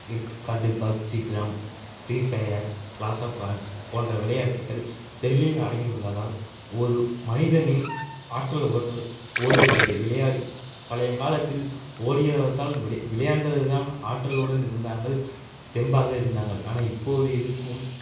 எடுத்துக்காட்டு PUBG game free fire clash of clans போன்ற விளையாட்டுக்கள் செல்லில் அடங்கி உள்ளதால் ஒரு மனிதனின் ஆற்றல் ஓட்டம் ஓடுவதிலே விளையாடி பழைய காலத்தில் ஓடியால்தான் வி விளையாண்டதுதான் ஆற்றலுடன் இருந்தார்கள் தெம்பாக இருந்தார்கள் ஆனால் இப்போது இருக்கும்